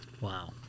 Wow